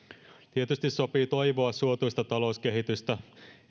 tietysti sopii toivoa suotuista talouskehitystä